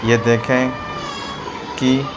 یہ دیکھیں کہ